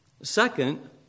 Second